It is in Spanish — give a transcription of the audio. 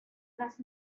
unas